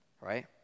right